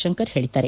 ಶಂಕರ್ ಹೇಳಿದ್ದಾರೆ